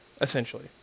essentially